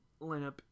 lineup